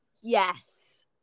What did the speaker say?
Yes